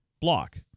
block